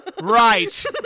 right